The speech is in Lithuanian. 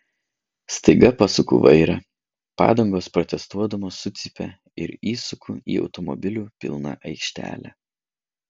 staiga pasuku vairą padangos protestuodamos sucypia ir įsuku į automobilių pilną aikštelę